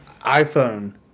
iPhone